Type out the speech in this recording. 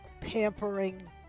pampering